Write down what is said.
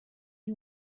you